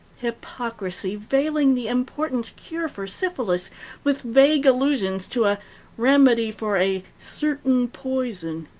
hypocrisy veiling the important cure for syphilis with vague allusions to a remedy for a certain poison.